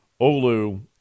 Olu